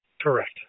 Correct